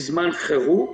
בזמן חירום.